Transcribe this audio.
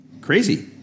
Crazy